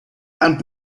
and